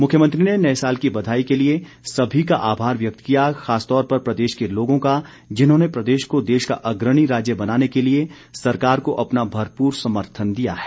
मुख्यमंत्री ने नए साल की बधाई के लिए सभी का आभार व्यक्त किया खासतौर पर प्रदेश के लोगों का जिन्होंने प्रदेश को देश का अग्रणी राज्य बनाने के लिए सरकार को अपना भरपूर समर्थन दिया है